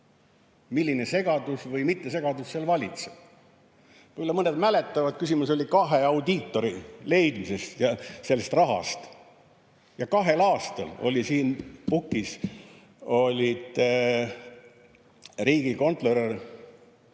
milline segadus või mittesegadus seal valitseb. Võib‑olla mõned mäletavad, küsimus oli kahe audiitori leidmises ja rahas. Ja kahel aastal oli siin pukis riigikontrolör.